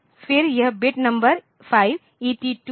फिर यह bit number 5 ET2 है